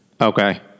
Okay